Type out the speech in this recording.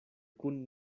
kun